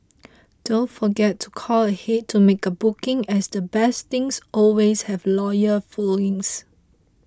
don't forget to call ahead to make a booking as the best things always have loyal followings